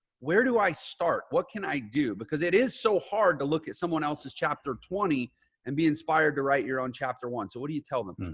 where do i start? what can i do? because it is so hard to look at someone else's chapter twenty and be inspired to write your own chapter one. so what do you tell them?